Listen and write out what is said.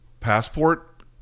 Passport